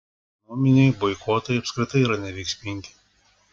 ekonominiai boikotai apskritai yra neveiksmingi